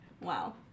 Wow